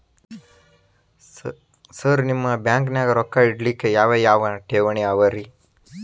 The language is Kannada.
ಸರ್ ನಿಮ್ಮ ಬ್ಯಾಂಕನಾಗ ರೊಕ್ಕ ಇಡಲಿಕ್ಕೆ ಯಾವ್ ಯಾವ್ ಠೇವಣಿ ಅವ ರಿ?